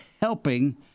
helping